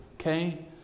Okay